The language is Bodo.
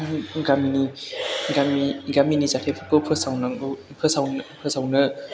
गामिनि जाथायफोरखौ फोसावनांगौ फोसावनो